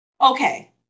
okay